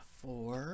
four